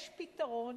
יש פתרון